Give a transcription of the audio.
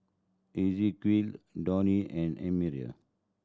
Esequiel Donny and Amira